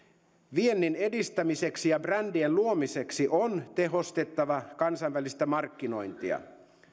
viennin edistämiseksi ja brändien luomiseksi on tehostettava kansainvälistä markkinointia